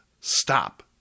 stop